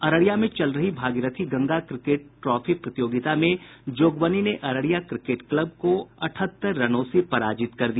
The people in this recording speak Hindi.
अररिया में चल रही भागीरथी गंगा क्रिकेट टॉफी प्रतियोगिता में जोगबनी ने अररिया क्रिकेट क्लब को अठहत्तर रन से पराजित कर दिया